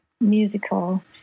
musical